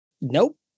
Nope